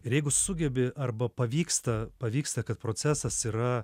ir jeigu sugebi arba pavyksta pavyksta kad procesas yra